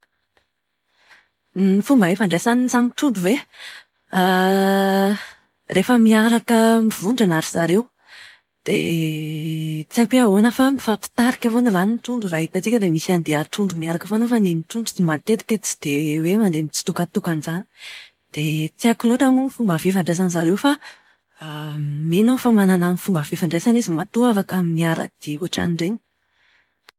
Ny fomba ifandraisan'ny samy trondro ve? Rehefa miaraka mivondrona ry zareo. Dia tsy haiko hoe ahoana fa mifampitarika foana izany ny trondro raha hitantsika dia misy andian-trondro miaraka foana fa ny an'ny trondro matetika tsy dia hoe mandeha mitsitokantokana izany. Dia tsy haiko loatra moa ny fomba fifandraisan'izareo fa mino aho fa manana fomba fifandraisany izy matoa afaka miara-dia ohatran'ireny.